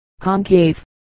concave